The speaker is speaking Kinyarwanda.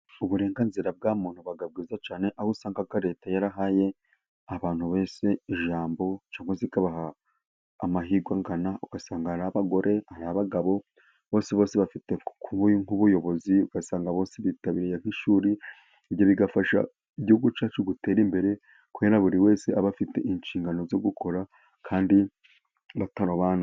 Uburenganzira bwa muntu buba bwiza cyane. Aho usanga leta yarahaye abantu bose ijambo cyangwa se ikabaha amahirwe angana. Ugasanga ari abagore ari bagabo bose bose bafite kuba abayobozi. Ugasanga bose bitabiye nk'ishuri, ibyo bigafasha igihugu cyacu gutera imbere, kubera buri wese aba afite inshingano zo gukora, kandi batarobanura.